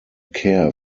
care